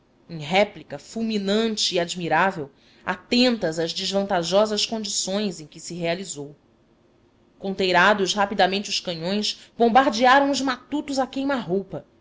em réplica fulminante e admirável atentas às desvantajosas condições em que se realizou conteirados rapi damente os canhões bombardearam os matutos a queima-roupa